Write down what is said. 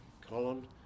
Colin